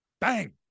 bang